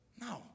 No